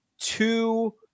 two